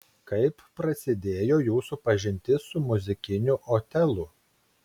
kaip prasidėjo jūsų pažintis su muzikiniu otelu